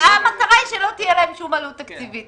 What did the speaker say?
המטרה היא שלא תהיה להם כל עלות תקציבית.